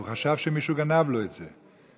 הוא חשב שמישהו גנב לו את זה.